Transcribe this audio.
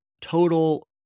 total